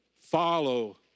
follow